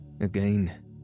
Again